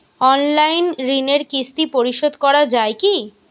Online ঋণের কিস্তি পরিশোধ করা যায় কি?